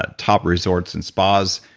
ah top resorts and spas,